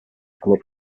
club